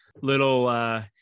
Little